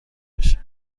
بشه